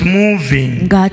moving